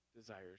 desires